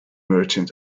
merchant